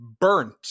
Burnt